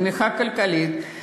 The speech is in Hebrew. תמיכה כלכלית,